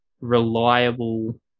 reliable